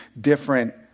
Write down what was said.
different